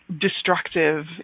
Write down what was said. destructive